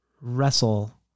wrestle